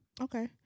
Okay